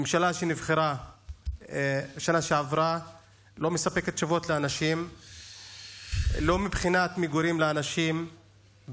הממשלה שנבחרה בשנה שעברה לא מספקת תשובות לאנשים מבחינת מגורים לאנשים,